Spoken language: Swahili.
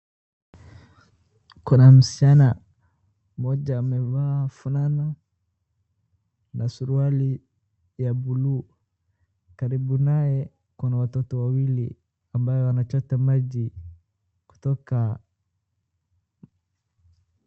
Kuna msichana mmoja amevaa fulana na suruali ya buluu. Karibu naye kuna watoto wanachota maji kutoka...